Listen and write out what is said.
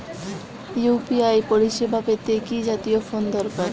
UPI পরিসেবা পেতে কি জাতীয় ফোন দরকার?